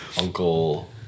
Uncle